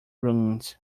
ruins